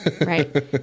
right